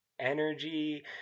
energy